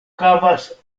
havas